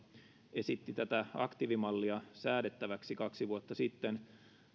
esitti tätä aktiivimallia säädettäväksi kaksi vuotta sitten